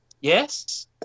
yes